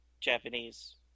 Japanese